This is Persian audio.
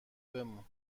بمون